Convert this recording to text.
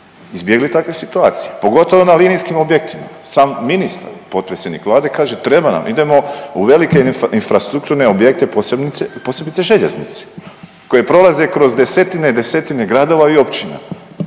izbjegli takve situacije, pogotovo na linijskim objektima. Sam ministar potpredsjednik Vlade kaže treba nam, idemo u velike infrastrukturne objekte, posebice željeznice koje prolaze kroz desetine i desetine gradova i općina.